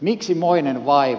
miksi moinen vaiva